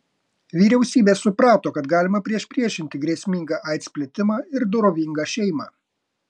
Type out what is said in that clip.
vyriausybės suprato kad galima priešpriešinti grėsmingą aids plitimą ir dorovingą šeimą